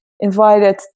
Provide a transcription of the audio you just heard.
invited